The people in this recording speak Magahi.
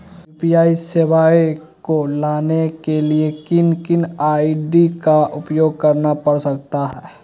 यू.पी.आई सेवाएं को लाने के लिए किन किन आई.डी का उपयोग करना पड़ सकता है?